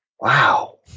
wow